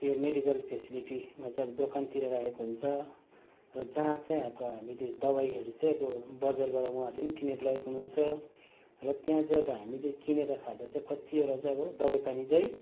त्यो मेडिकल फेसिलिटीमा चाहिँ अब दोकानतिर राखेको हुन्छ र जहाँ चाहिँ अब हामीले दबाईहरू चाहिँ अब बजारबाट वहाँहरूले किनेर लगेको हुनु हुन्छ र त्यहाँ चाहिँ अब हामीले किनेर खाँदा चाहिँ कतिवटा चाहिँ अब दबाई पानी चाहिँ